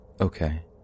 Okay